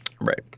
Right